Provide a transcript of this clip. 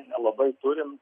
nelabai turim